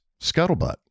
Scuttlebutt